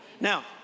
Now